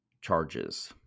charges